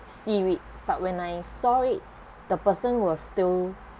see it but when I saw it the person was still